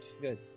Good